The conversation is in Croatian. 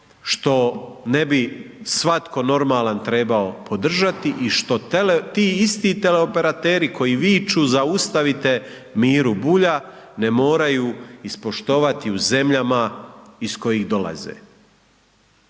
što ne bi svatko normalan trebao podržati i što ti isti teleoperateri koji viču zaustavite Miru Bulja ne moraju ispoštovati u zemljama iz kojih dolaze.